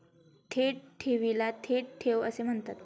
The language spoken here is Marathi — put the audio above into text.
थेट ठेवीला थेट ठेव असे म्हणतात